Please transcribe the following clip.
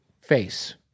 face